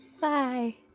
Bye